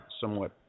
somewhat